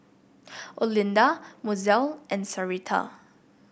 Olinda Mozelle and Sarita